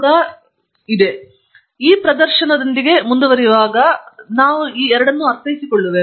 ನಾವು ಪ್ರದರ್ಶನದೊಂದಿಗೆ ಮುಂದುವರಿಯುವಾಗ ನಾವು ಹುಡುಕುವಂತೆಯೇ ಈ ಇಬ್ಬರಿಂದಲೂ ನಾವು ಅರ್ಥೈಸುವೆವು